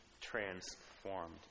transformed